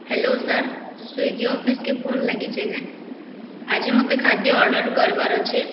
hello sir Swiggy ଅଫିସକେ phone ଲାଗିଛେ କାଁ ଆଜି ମୋତେ ଖାଦ୍ୟ ଅର୍ଡ଼ର କରିବାର ଅଛେ